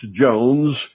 Jones